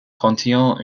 contient